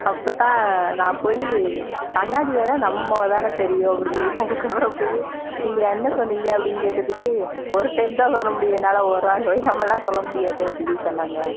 அப்போதான் நான் போய் கண்ணாடியில் தான் நம்ம முகம் தானை தெரியும் அப்படின்னு சொல்லிவிட்டு அதுக்கப்புறம் போய் நீங்கள் என்ன சொன்னீங்க அப்படின்னு கேட்டதுக்கு ஒரு டைம் தான் சொல்ல முடியும் என்னால ஓராயிரம் ஓயாமெலாம் சொல்ல முடியாது அப்படின்னு சொல்லி சொன்னாங்க